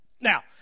now